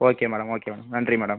okay madam okay madam நன்றி madam